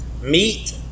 Meat